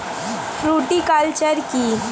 Fruticulture কী?